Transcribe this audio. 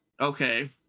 Okay